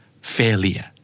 failure